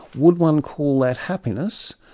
would one call that happiness?